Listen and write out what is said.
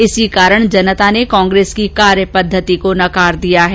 इसी कारण जनता ने कांग्रेस की कार्यपद्वति को नकार दिया है